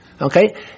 Okay